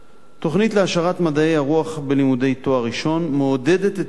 תוכנית להעשרת מדעי הרוח בלימודי תואר ראשון מעודדת את פיתוחם